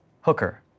Hooker